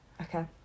Okay